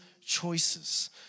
choices